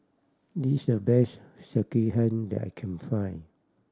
this the best Sekihan that I can find